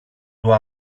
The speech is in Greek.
του